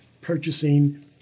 purchasing